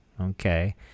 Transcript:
Okay